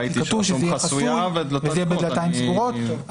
ראיתי שרשום חסויה ודלתיים סגורות,